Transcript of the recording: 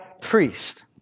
priest